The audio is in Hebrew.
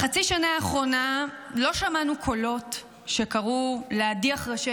בחצי השנה האחרונה לא שמענו קולות שקראו להדיח ראשי